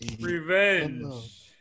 Revenge